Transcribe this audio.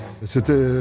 c'était